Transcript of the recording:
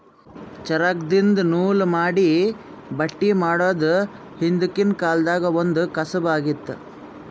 ಚರಕ್ದಿನ್ದ ನೂಲ್ ಮಾಡಿ ಬಟ್ಟಿ ಮಾಡೋದ್ ಹಿಂದ್ಕಿನ ಕಾಲ್ದಗ್ ಒಂದ್ ಕಸಬ್ ಆಗಿತ್ತ್